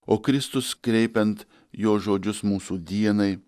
o kristus kreipiant jo žodžius mūsų dienai